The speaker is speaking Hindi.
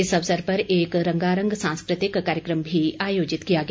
इस अवसर पर एक रंगारंग सांस्कृतिक कार्यक्रम भी आयोजित किया गया